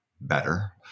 better